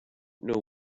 know